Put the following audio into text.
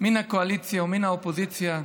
מן הקואליציה ומן האופוזיציה,